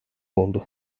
oldu